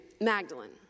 Magdalene